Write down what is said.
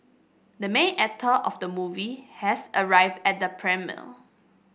the main actor of the movie has arrived at the premiere